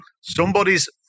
Somebody's